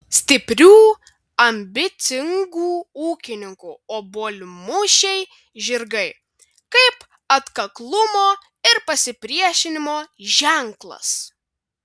stiprių ambicingų ūkininkų obuolmušiai žirgai kaip atkaklumo ir pasipriešinimo ženklas